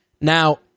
Now